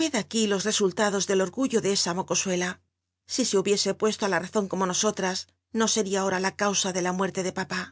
ved aquí los resultados del orgullo de esa moco biblioteca nacional de españa sn la si se hubiese puesto á la razon como nosolra no seria ahom la cau a de la ncucrlo de papó